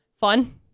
Fun